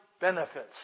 benefits